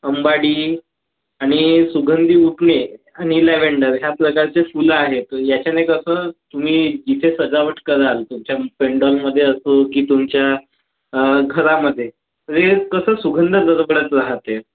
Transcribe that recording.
अंबाडी आणि सुगंधी उटणे आणि लवेंडर ह्या प्रकारचे फुलं आहेत याच्याने कसं तुम्ही जिथे सजावट कराल तुमच्या पेंडॉलमधे असो की तुमच्या घरामधे ते कसं सुगंध दरवळत राहते